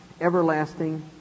everlasting